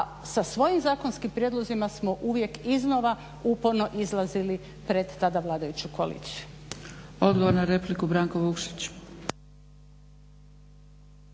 A sa svojim zakonskim prijedlozima smo uvijek iznova uporno izlazili pred tada vladajuću koaliciju. **Zgrebec, Dragica